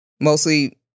mostly